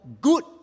good